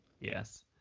Yes